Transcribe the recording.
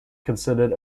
considered